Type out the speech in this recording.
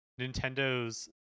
Nintendo's